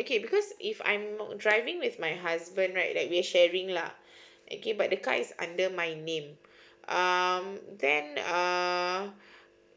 okay because if I'm driving with my husband right that we are sharing lah okay but the car is under my name mm then um